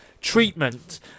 treatment